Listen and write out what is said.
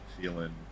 feeling